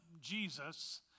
Jesus